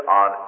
on